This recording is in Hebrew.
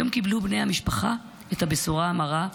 היום קיבלו בני המשפחה את הבשורה המרה,